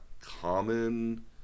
common